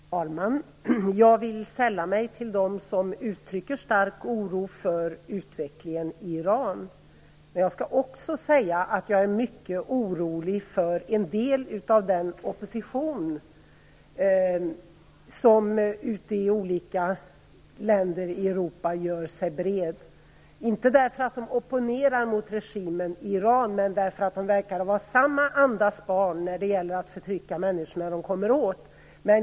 Fru talman! Jag vill sälla mig till dem som uttrycker stark oro för utvecklingen i Iran. Jag skall också säga att jag är mycket orolig för en del av den opposition som gör sig bred i olika länder i Europa, inte därför att den opponerar mot regimen i Iran utan därför att den verkar vara samma andas barn när det gäller att förtrycka människor när den kommer åt.